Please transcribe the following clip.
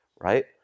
right